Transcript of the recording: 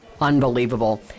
Unbelievable